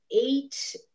eight